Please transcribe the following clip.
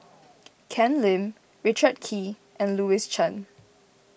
Ken Lim Richard Kee and Louis Chen